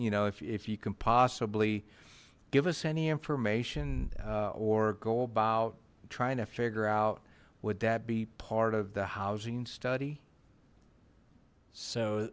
you know if you can possibly give us any information or go about trying to figure out would that be part of the housing study so